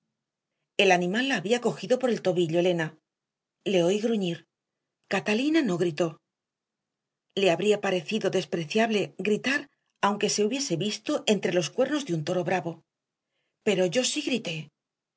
el animal la había cogido por el tobillo elena le oí gruñir catalina no gritó le habría parecido despreciable gritar aunque se hubiese visto entre los cuernos de un toro bravo pero yo sí grité